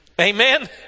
Amen